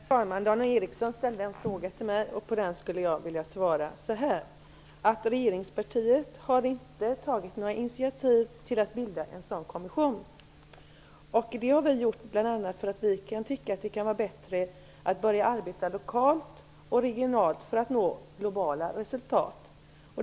Herr talman! Dan Ericsson ställde en fråga till mig. Jag skulle vilja svara så här: Regeringspartiet har inte tagit några initiativ till att bilda en sådan kommission. Vi har inte gjort detta bl.a. för att vi tycker att det kan vara bättre att börja lokalt och regionalt för att nå globala resultat.